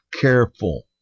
careful